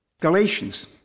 Galatians